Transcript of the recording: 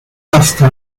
hasta